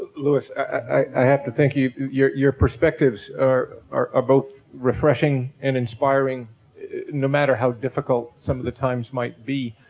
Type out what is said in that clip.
lewis, i have to thank you. your your perspectives are are ah both refreshing and inspiring no matter how difficult some of the times might be.